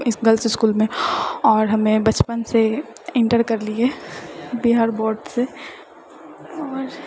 girls इसकुलमे आओर हमे बचपनसँ इन्टर करलिऐ बिहार बोर्डसँ आओर